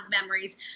memories